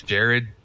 Jared